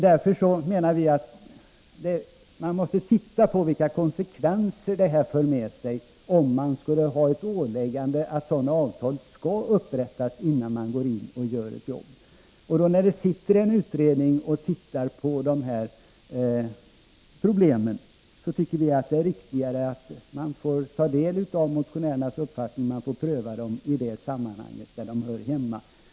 Därför menar vi att man måste titta på vilka konsekvenser ett åläggande att sådana avtal skall upprättas innan arbetet utförs för med sig. När det nu finns en utredning som ser på problemet, tycker vi att det är riktigare att utredningen får ta del av motionärernas förslag och pröva dem i de sammanhang där de hör hemma.